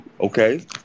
Okay